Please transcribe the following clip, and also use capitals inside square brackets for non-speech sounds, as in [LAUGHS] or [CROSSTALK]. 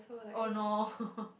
oh no [LAUGHS]